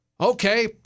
Okay